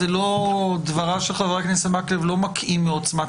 דבריו של חבר הכנסת מקלב לא מקהים מעוצמת